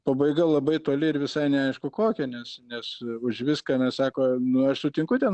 pabaiga labai toli ir visai neaišku kokia nes nes už viską nes sako nu aš sutinku ten